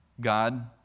God